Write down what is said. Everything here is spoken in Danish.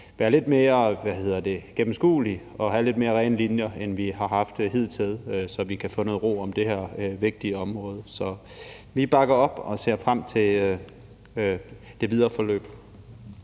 være lidt mere gennemskuelig og have lidt mere rene linjer, end vi har haft hidtil, så vi kan få noget ro om det her vigtige område. Så vi bakker op og ser frem til det videre forløb.